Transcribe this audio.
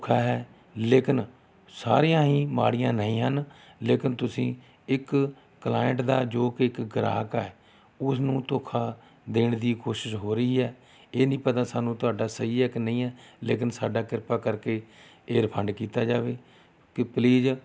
ਧੋਖਾ ਹੈ ਲੇਕਿਨ ਸਾਰੀਆਂ ਹੀ ਮਾੜੀਆਂ ਨਹੀਂ ਹਨ ਲੇਕਿਨ ਤੁਸੀਂ ਇੱਕ ਕਲਾਈਂਟ ਦਾ ਜੋ ਕਿ ਇੱਕ ਗਾਹਕ ਹੈ ਉਸ ਨੂੰ ਧੋਖਾ ਦੇਣ ਦੀ ਕੋਸ਼ਿਸ਼ ਹੋ ਰਹੀ ਹੈ ਇਹ ਨਹੀਂ ਪਤਾ ਸਾਨੂੰ ਤੁਹਾਡਾ ਸਹੀ ਹੈ ਕਿ ਨਹੀਂ ਹੈ ਲੇਕਿਨ ਸਾਡਾ ਕਿਰਪਾ ਕਰਕੇ ਇਹ ਰੀਫੰਡ ਕੀਤਾ ਜਾਵੇ ਅਤੇ ਪਲੀਜ਼